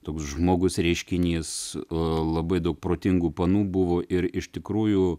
toks žmogus reiškinys labai daug protingų panų buvo ir iš tikrųjų